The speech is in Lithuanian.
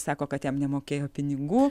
sako kad jam nemokėjo pinigų